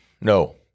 No